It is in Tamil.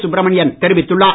சுப்ரமணியன் தெரிவித்துள்ளார்